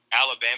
Alabama